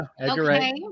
okay